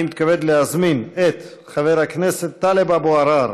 אני מתכבד להזמין את חבר הכנסת טלב אבו עראר